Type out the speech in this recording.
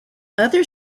other